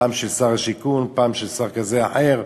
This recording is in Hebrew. פעם של שר השיכון, פעם של שר כזה או אחר,